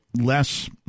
less